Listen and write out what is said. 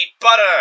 butter